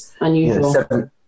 unusual